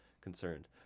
concerned